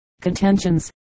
contentions